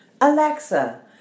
Alexa